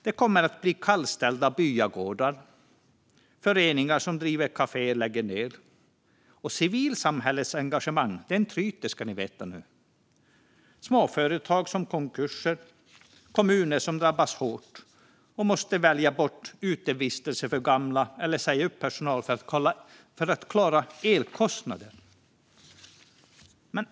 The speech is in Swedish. Det kommer att bli kallställda byagårdar och föreningar som driver kaféer som lägger ned. Civilsamhällets engagemang tryter nu, ska ni veta. Vi har småföretag som konkursar och kommuner som drabbas hårt och som måste välja bort utevistelse för gamla eller säga upp personal för att klara elkostnaderna.